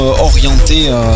orienté